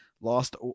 lost